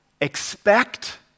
expect